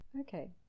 okay